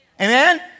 Amen